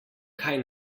kaj